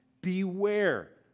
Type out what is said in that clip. Beware